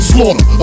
Slaughter